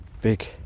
big